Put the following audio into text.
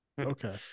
okay